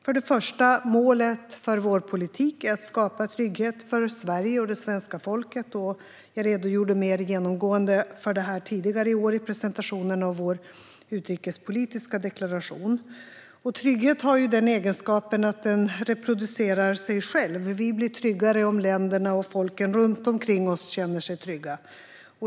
Till att börja med är målet för vår politik att skapa trygghet för Sverige och svenska folket. Jag redogjorde mer genomgående för det tidigare i år i presentationen av vår utrikespolitiska deklaration. Trygghet har den egenskapen att den reproducerar sig själv. Vi blir tryggare om länderna och folken runt omkring oss känner sig trygga.